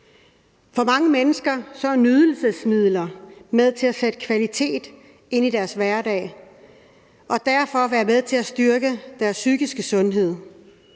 For mange mennesker er nydelsesmidler med til at bringe kvalitet ind i deres hverdag, og det er derfor med til at styrke deres psykiske sundhed.